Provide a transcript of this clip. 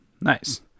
Nice